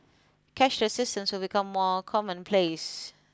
cashless systems will become more commonplace